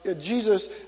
Jesus